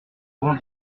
bon